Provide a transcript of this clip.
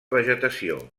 vegetació